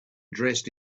dressed